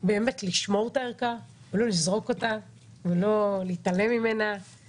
באמת לשמור את הערכה או לא לזרוק אותה או לא להתעלם ממנה;